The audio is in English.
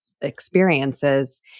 experiences